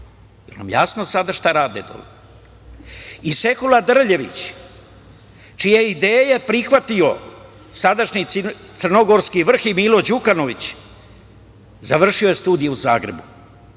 je jasno sada šta rade to? Sekula Drljević čije je ideje prihvatio sadašnji crnogorski Milo Đukanović završio je studije u Zagrebu,